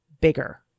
bigger